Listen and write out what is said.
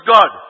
God